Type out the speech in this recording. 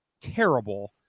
terrible